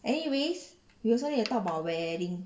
anyways we also need to talk about wedding